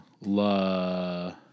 La